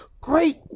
great